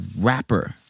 rapper